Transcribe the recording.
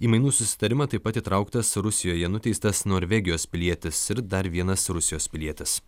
į mainų susitarimą taip pat įtrauktas rusijoje nuteistas norvegijos pilietis ir dar vienas rusijos pilietis